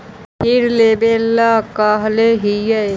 फिर लेवेला कहले हियै?